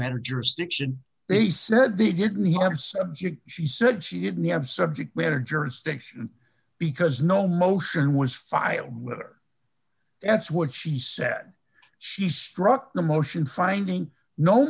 matter jurisdiction they said they didn't have subject she said she didn't have subject matter jurisdiction because no motion was filed with her that's what she said she struck the motion finding no